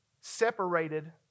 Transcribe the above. separated